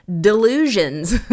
delusions